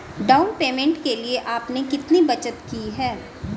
Down payment के लिए आपने कितनी बचत की है?